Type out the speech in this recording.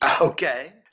Okay